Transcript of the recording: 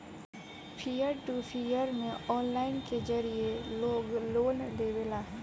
पियर to peer में online के जरिए लोग लोन लेवेला